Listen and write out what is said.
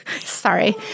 sorry